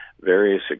various